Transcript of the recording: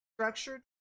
structured